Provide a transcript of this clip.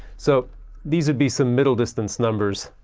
so these would be some middle distance numbers.